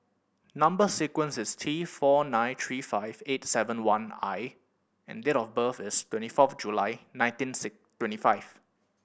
number sequence is T four nine three five eight seven one I and date of birth is twenty fourth July nineteen six twenty five